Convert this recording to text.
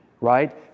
right